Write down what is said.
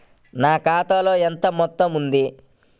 నా ఖాతాలో ఎంత మొత్తం ఉంది?